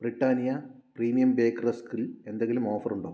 Britannia premium bake റസ്കിൽ എന്തെങ്കിലും offer ഉണ്ടോ